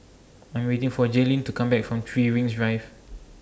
I Am waiting For Jaylyn to Come Back from three Rings Drive